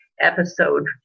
Episode